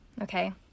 okay